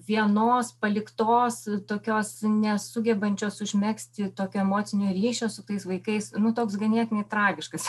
vienos paliktos tokios nesugebančios užmegzti tokio emocinio ryšio su tais vaikais nu toks ganėtinai tragiškas